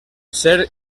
ser